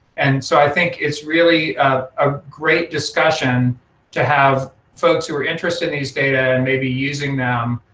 and so i think it's really a great discussion to have folks who are interested in these data and maybe using them,